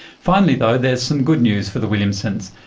finally though there's some good news for the williamsons.